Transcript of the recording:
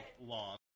long